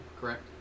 correct